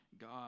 God